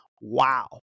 wow